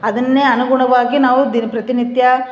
ಅದನ್ನೆ ಅನುಗುಣವಾಗಿ ನಾವು ದಿನ ಪ್ರತಿನಿತ್ಯ